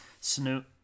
Snoop